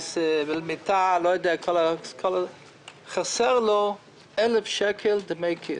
מיטה, אבל חסר לו אלף שקל דמי כיס.